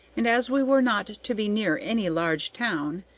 and as we were not to be near any large town,